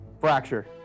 Fracture